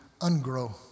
ungrow